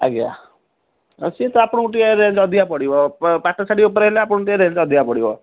ଆଜ୍ଞା ସେ ତ ଆପଣଙ୍କୁ ଟିକିଏ ରେଞ୍ଜ୍ ଅଧିକା ପଡ଼ିବ ପାଟ ଶାଢ଼ୀ ଉପରେ ହେଲେ ଆପଣଙ୍କୁ ଟିକିଏ ରେଟ୍ ଅଧିକା ପଡ଼ିବ